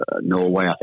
Norway